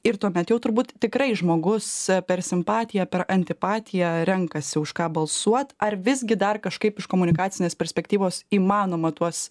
ir tuomet jau turbūt tikrai žmogus per simpatiją per antipatiją renkasi už ką balsuot ar visgi dar kažkaip iš komunikacinės perspektyvos įmanoma tuos